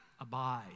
abide